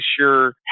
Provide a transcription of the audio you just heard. sure